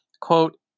quote